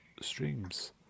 streams